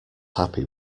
happy